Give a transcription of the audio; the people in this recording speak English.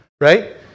right